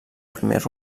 primer